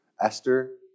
Esther